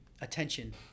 attention